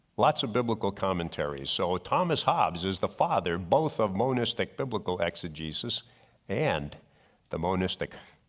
lots of biblical commentaries. so thomas hobbes is the father both of monistic biblical acts of jesus and the monistic,